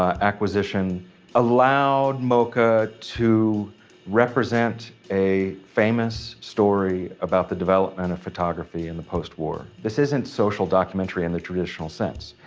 acquisition allowed moca to represent a famous story about the development of photography in the post war. this isn't social documentary in the traditional sense.